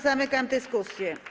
Zamykam dyskusję.